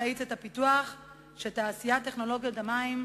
להאיץ את הפיתוח של תעשיית טכנולוגיות המים,